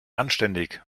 anständig